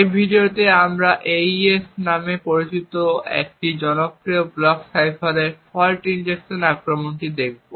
এই ভিডিওতে আমরা AES নামে পরিচিত একটি জনপ্রিয় ব্লক সাইফারে ফল্ট ইনজেকশন আক্রমণগুলি দেখব